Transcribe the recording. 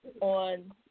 on